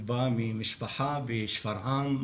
היא באה ממשפחה בשפרעם,